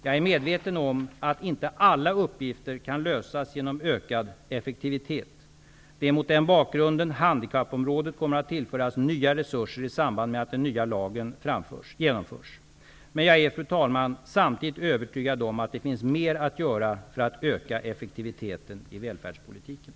Jag är medveten om att inte alla uppgifter kan lösas genom ökad effektivitet. Det är mot den bakgrunden handikappområdet kommer att tillföras nya resurser i samband med att den nya lagen genomförs. Men jag är, fru talman, samtidigt övertygad om att det finns mer att göra för att öka effektiviteten i välfärdspolitiken.